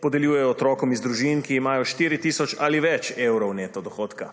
podeljuje otrokom iz družin, ki imajo 4 tisoč ali več evrov neto dohodka.